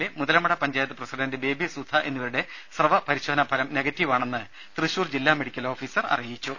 A Muthalamada panchayat president Baby Sudha എന്നിവരുടെ സ്രവ പരിശോധനാ ഫലം നെഗറ്റീവാണെന്ന് ജില്ലാ മെഡിക്കൽ ഓഫീസർ അറിയിച്ചു